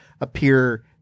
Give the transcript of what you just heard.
appear